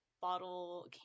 bottle